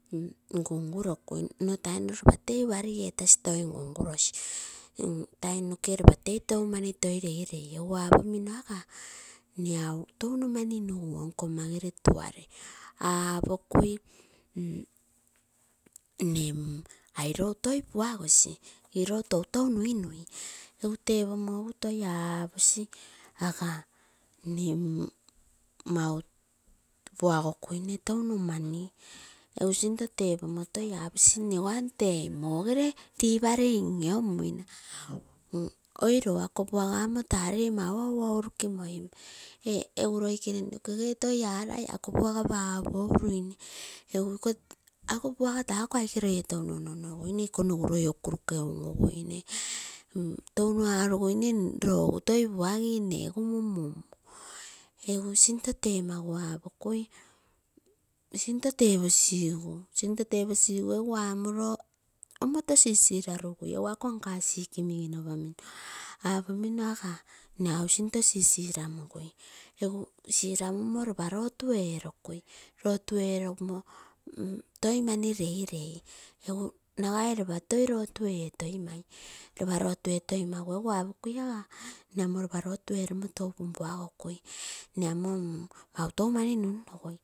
Ngu-ngu rokui nno tainoro ropa tei worry etasi toi ngungu nosi, egu taim noke ropa toi tei tou mani nui nui, apokui tata nne mau touno mani nuguo nkoma gere tuare. Apokui ailou toi puagosi ilou toitou nuinui, egu tepomo toi aposi aga mau puagokuine touno mani egu sinto tepamo toi aposi nego amo teo mogere uparei in inamuina. Oiro ako puaga kamo taa lee ama ououruki moing, egu loikene nokege toi arai ako puaga egu akoo touno ono onoguine. Loi okuruke, touno aruguine loo egu toi puagi, nne egu mun-mun muu, sinto teposigu egu arulo omoto sisiralugui, egu ako nka sick miginoromino. Apomino aga sinto sisiranke gui egu siramumo ropa lotu erokaio toi mani leilei, nagai ropa toi lotu etoimai, papa lotu etoimagu egu toi apogim aga nne ano ropa lotu erono tou puapugolau amo mautou mani nun nagui.